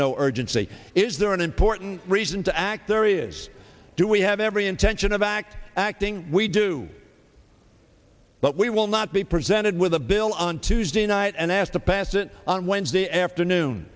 no urgency is there an important reason to act there is do we have every intention of act acting we do but we will not be presented with a bill on tuesday night and asked to pass it on wednesday afternoon